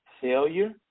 failure